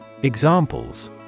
Examples